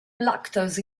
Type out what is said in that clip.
lactose